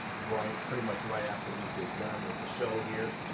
right pretty much right after we get done with the show here.